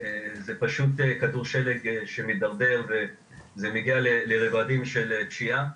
זה פשוט כדור שלג שמתדרדר וזה מגיע לרבדים של פשיעה.